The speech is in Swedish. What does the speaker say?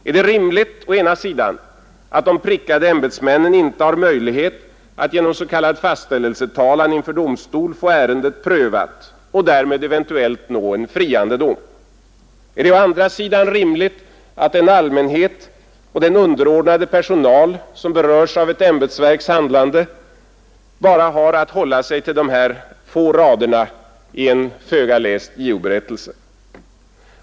Är det å ena sidan rimligt att de prickade ämbetsmännen inte har möjlighet att genom s.k. fastställelsetalan få ärendet prövat av domstol och därmed eventuellt nå en friande dom? Är det å andra sidan rimligt att den allmänhet och den underordnade personal som berörs av ett ämbetsverks handlande bara har att hålla sig till dessa få rader i en föga läst JO-berättelse?